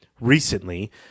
recently